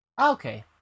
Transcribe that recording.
Okay